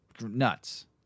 nuts